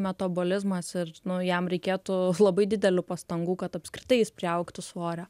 metabolizmas ir nu jam reikėtų labai didelių pastangų kad apskritai jis priaugtų svorio